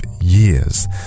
years